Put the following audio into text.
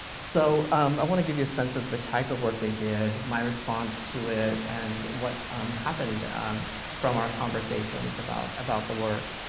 so um i wanna give you a sense of the type of the work they did, my response to it, and what happened from our conversations about about the work.